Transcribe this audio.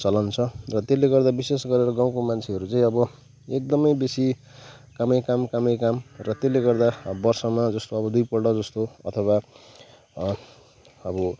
चलन छ र त्यसले गर्दा विशेष गरेर गाउँको मान्छेहरू चाहिँ अब एकदमै बेसी कामै काम कामै काम र त्यसले गर्दा वर्षमा जस्तो अब दुई पल्टजस्तो अथवा अब